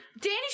danny